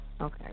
Okay